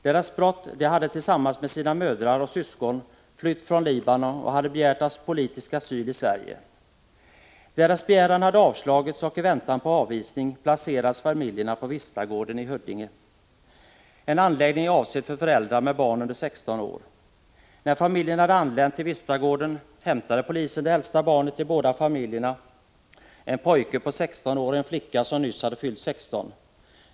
Deras brott var att de tillsammans med sina mödrar och syskon hade flytt från Libanon och begärt politisk asyl i Sverige. Deras begäran hade avslagits, och i väntan på avvisning placerades familjerna på Vistagården i Huddinge, en anläggning avsedd för föräldrar med barn under 16 år. När familjen hade anlänt till Vistagården hämtade polisen det äldsta barnet i båda familjerna, en pojke på 16 år och en flicka som nyss hade fyllt 16.